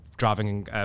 Driving